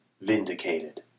vindicated